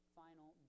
final